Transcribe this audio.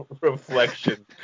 reflection